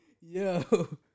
Yo